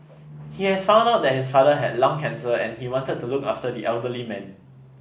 he had found out that his father had lung cancer and he wanted to look after the elderly man